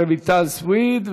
רויטל סויד,